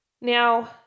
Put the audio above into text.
Now